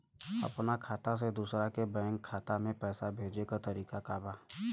अपना खाता से दूसरा बैंक के खाता में पैसा भेजे के तरीका का बा?